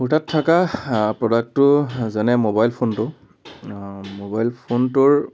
মোৰ তাত থকা প্ৰডাক্টটো যেনে ম'বাইল ফোনটো ম'বাইল ফোনটোৰ